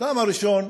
הטעם הראשון,